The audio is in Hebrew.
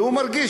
והוא מרגיש,